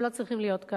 הם לא צריכים להיות כאן.